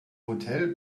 hotel